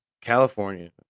California